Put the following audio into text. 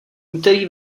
úterý